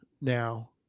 now